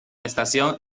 estación